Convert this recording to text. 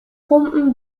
pumpen